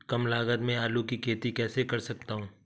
कम लागत में आलू की खेती कैसे कर सकता हूँ?